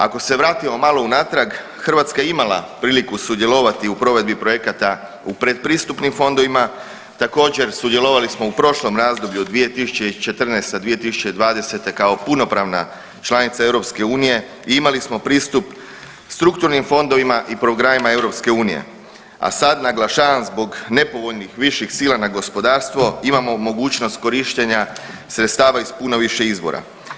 Ako se vratimo malo unatrag Hrvatska je imala priliku sudjelovati u provedbi projekata u predpristupnim fondovima, također sudjelovali smo u prošlom razdoblju od 2014.-2020. kao punopravna članica EU i imali smo pristup strukturnim fondovima i programima EU, a sad naglašavam zbog nepovoljnih viših sila na gospodarstvo imamo mogućnost korištenja sredstava iz puno više izbora.